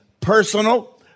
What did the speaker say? personal